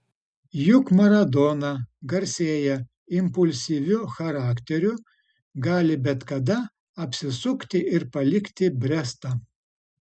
juk maradona garsėja impulsyviu charakteriu gali bet kada apsisukti ir palikti brestą